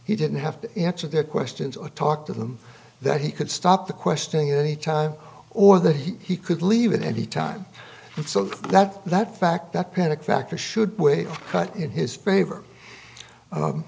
he didn't have to answer their questions or talk to them that he could stop the questioning at any time or that he could leave at any time so that that fact that panic factor should weigh in his favor